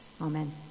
Amen